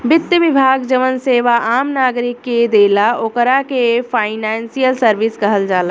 वित्त विभाग जवन सेवा आम नागरिक के देला ओकरा के फाइनेंशियल सर्विस कहल जाला